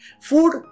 Food